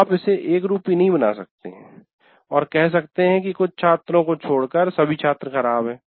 आप इसे एकरूपी नहीं बना सकते हैं और कह सकते हैं कि कुछ छात्रों को छोड़कर सभी छात्र खराब हैं